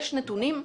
יש נתונים?